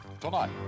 Tonight